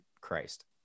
Christ